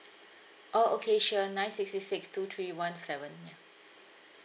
oh okay sure nine six six six two three one seven ya